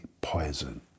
poison